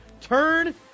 Turn